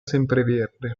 sempreverde